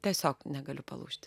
tiesiog negaliu palūžti